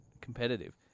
competitive